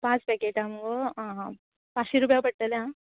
पांच पॅकेटां मुगो आ पांचशें रुपया पडटले आ